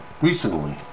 recently